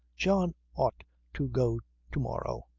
john ought to go to-morrow.